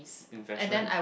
investment